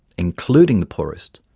including the poorest,